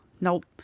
nope